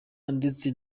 ndetse